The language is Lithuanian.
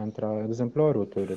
antrą egzempliorių turi